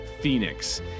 Phoenix